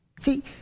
See